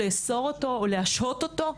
לאסור או להשהות אותו?